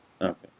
Okay